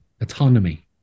autonomy